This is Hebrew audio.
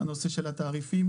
הנושא של התעריפים.